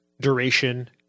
duration